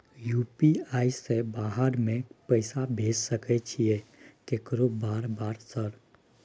UPI से बाहर में पैसा भेज सकय छीयै केकरो बार बार सर?